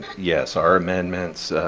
yes, our amendments,